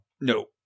No